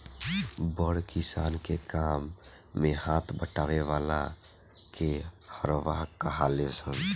बड़ किसान के काम मे हाथ बटावे वाला के हरवाह कहाले सन